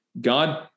God